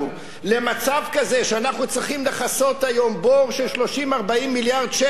שאנחנו צריכים לכסות היום בור של 30 40 מיליארד שקל ולקוות,